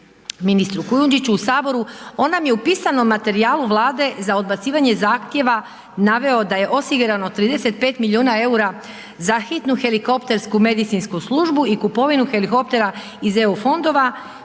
ministru Kujundžiću u saboru on nam je u pisanom materijalu Vlade za odbacivanje zahtjeva naveo da je osigurano 35 miliona EUR-a za hitnu helikoptersku medicinsku službu i kupovinu helikoptera iz EU fondova,